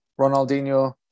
Ronaldinho